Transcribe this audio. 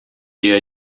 dia